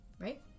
right